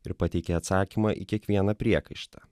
ir pateikė atsakymą į kiekvieną priekaištą